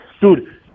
Dude